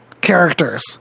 characters